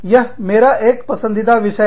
यह मेरा एक पसंदीदा विषय है